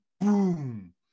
boom